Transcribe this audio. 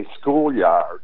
schoolyard